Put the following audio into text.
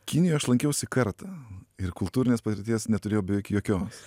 kinijo aš lankiausi kartą ir kultūrinės patirties neturėjau beveik jokios